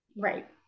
Right